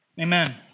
Amen